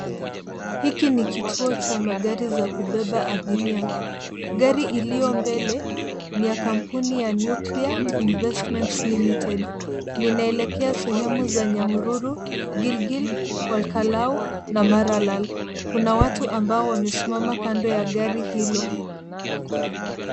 Hiki ni kituo cha magari za kubeba abiria, gari iliyo mbele ni ya kampuni ya nuclear investments ltd linaelekea sehemu za Nyahururu ,Gilgil, Olkalau na Maralal, kuna watu ambao wamesimama kando ya gari hilo.